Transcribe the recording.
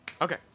Okay